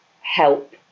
help